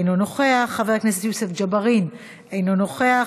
אינו נוכח,